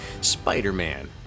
Spider-Man